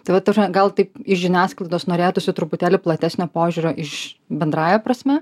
tai va ta prasme gal taip iš žiniasklaidos norėtųsi truputėlį platesnio požiūrio iš bendrąja prasme